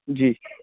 जी